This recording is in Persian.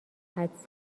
حدس